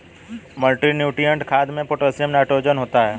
multinutrient खाद में potassium nitrogen होता है